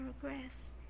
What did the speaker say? progress